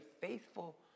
faithful